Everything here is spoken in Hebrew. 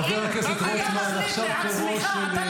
חבר הכנסת רוטמן, עכשיו תורו של מנסור עבאס.